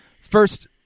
First